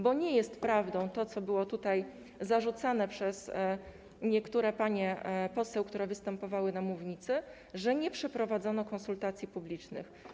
Bo nie jest prawdą to, co było tutaj zarzucane przez niektóre panie poseł, które występowały na mównicy, że nie przeprowadzono konsultacji publicznych.